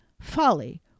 folly